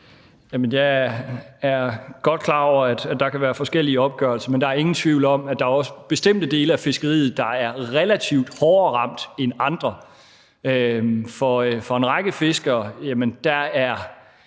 Jeg er godt klar over, at der kan være forskellige opgørelser. Men der er ingen tvivl om, at der også er bestemte dele af fiskeriet, der er ramt relativt hårdere end andre. For en række fiskere er det